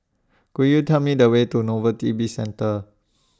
Could YOU Tell Me The Way to Novelty Bizcentre